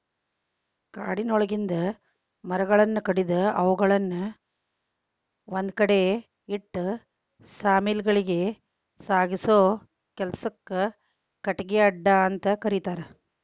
ಕಾಡಿನೊಳಗಿಂದ ಮರಗಳನ್ನ ಕಡದು ಅವುಗಳನ್ನ ಒಂದ್ಕಡೆ ಇಟ್ಟು ಸಾ ಮಿಲ್ ಗಳಿಗೆ ಸಾಗಸೋ ಕೆಲ್ಸಕ್ಕ ಕಟಗಿ ಅಡ್ಡೆಅಂತ ಕರೇತಾರ